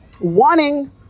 wanting